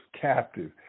captive